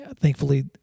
Thankfully